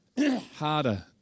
Harder